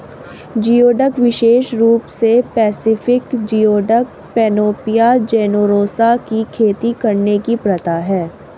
geoduck विशेष रूप से पैसिफिक जियोडक, पैनोपिया जेनेरोसा की खेती करने की प्रथा है